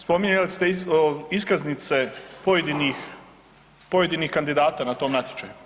Spominjali ste iskaznice pojedinih kandidata na tom natječaju.